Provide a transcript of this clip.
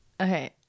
okay